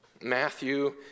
Matthew